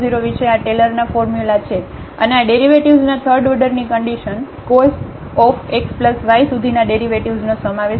00 વિશે આ ટેલરના ફોર્મ્યુલા છે આ ડેરિવેટિવ્સ ના થર્ડ ઓર્ડરની કન્ડિશન cosx y સુધીના ડેરિવેટિવ્સનો સમાવેશ થાય છે